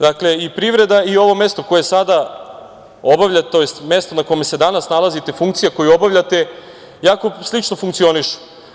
Dakle, i privreda i ovo mesto koje sada obavljate, tj. mesto na kome se danas nalazite, funkcija koju obavljate, jako slično funkcionišu.